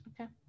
Okay